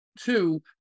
Two